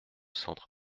centres